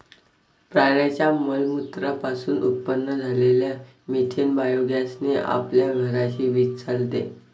प्राण्यांच्या मलमूत्रा पासून उत्पन्न झालेल्या मिथेन बायोगॅस ने आपल्या घराची वीज चालते